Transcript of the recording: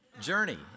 journey